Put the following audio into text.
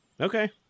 Okay